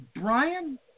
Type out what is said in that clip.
Brian